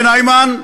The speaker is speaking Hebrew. כן, איימן,